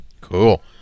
Cool